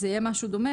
זה יהיה משהו דומה,